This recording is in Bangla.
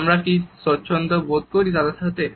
আমরা কি স্বচ্ছন্দ্য বোধ করি তাদের সাথে